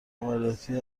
عملیاتی